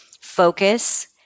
focus